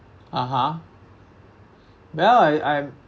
(uh huh) well I I'm